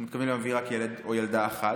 אנחנו מתכוונים להביא רק ילד או ילדה אחת,